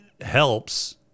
helps